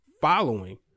following